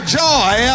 joy